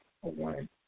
one